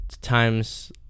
times